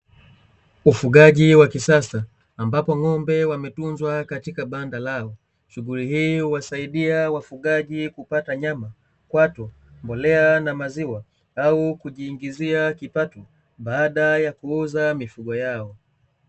Ufugaji wa kisasa, ambapo ng'ombe wametunzwa katika banda lao. Shughuli hii huwasaidia wafugaji kupata nyama, kwato, mbolea na maziwa au kujiingizia kipato, baada ya kuuza mifugo yao.